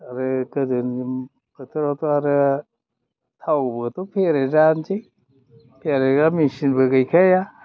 आरो गोदोनि बोथोरावथ' आरो थावबोथ' फेरेदना जानोसै सेरग्रा मेचिनबो गैखाया